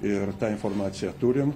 ir tą informaciją turim